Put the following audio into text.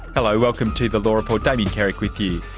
hello, welcome to the law report, damien carrick with you.